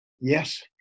Yes